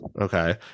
Okay